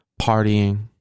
Partying